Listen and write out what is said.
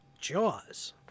Jaws